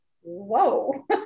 whoa